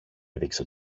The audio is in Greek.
έδειξε